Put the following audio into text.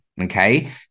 Okay